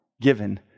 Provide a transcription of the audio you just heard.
given